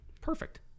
perfect